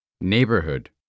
Neighborhood